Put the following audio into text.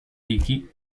ricky